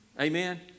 Amen